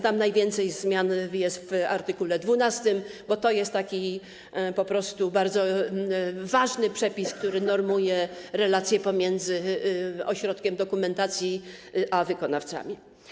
Tam najwięcej zmian jest w art. 12, bo to jest po prostu bardzo ważny przepis, który normuje relację pomiędzy ośrodkiem dokumentacji a wykonawcami.